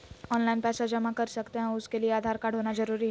Online पैसा जमा कर सकते हैं उसके लिए आधार कार्ड होना जरूरी है?